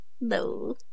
No